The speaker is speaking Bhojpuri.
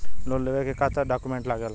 लोन लेवे के का डॉक्यूमेंट लागेला?